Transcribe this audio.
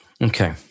Okay